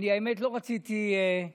האמת היא שלא רציתי לדבר,